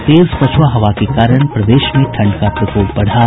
और तेज पछुआ हवा के कारण प्रदेश में ठंड का प्रकोप बढ़ा